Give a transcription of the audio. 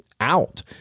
out